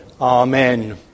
Amen